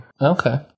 Okay